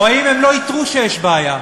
או האם הם לא איתרו שיש בעיה?